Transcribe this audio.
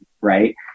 Right